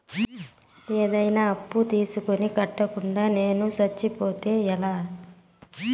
ఏదైనా అప్పు తీసుకొని కట్టకుండా నేను సచ్చిపోతే ఎలా